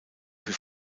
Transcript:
für